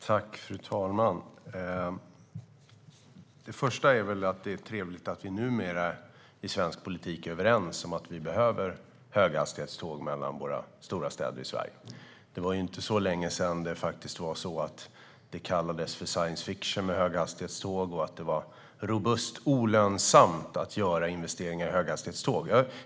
Fru talman! Det är trevligt att vi i svensk politik numera är överens om att vi behöver höghastighetståg mellan våra stora städer i Sverige. Det var inte så länge sedan höghastighetståg kallades science fiction och man sa att det var robust olönsamt att göra investeringar i höghastighetståg.